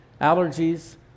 allergies